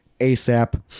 ASAP